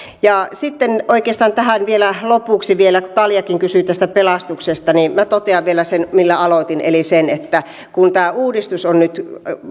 sitten oikeastaan vielä tähän lopuksi kun taljakin kysyi tästä pelastuksesta minä totean sen millä aloitin eli kun tämä uudistus on nyt